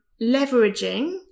Leveraging